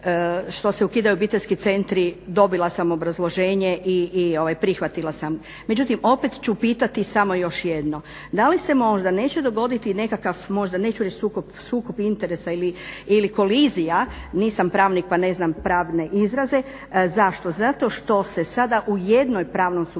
što se ukidaju obiteljski centri, dobila sam obrazloženje i prihvatila sam. Međutim, opet ću pitati samo još jedno. Da li se možda neće dogoditi nekakav možda, neću reći sukob, sukob interesa ili kolizija, nisam pravnik pa ne znam pravne izraze. Zašto? Zato što se sada u jednoj pravnom subjektu,